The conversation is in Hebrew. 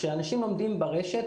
כשאנשים לומדים ברשת,